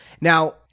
Now